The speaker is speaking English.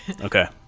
okay